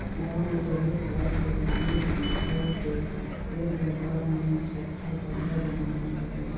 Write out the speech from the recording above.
गांव में पहली घर के पानी हर निकल थे ते जगह में सोख्ता गड्ढ़ा बनवाना चाहिए